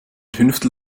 fünftel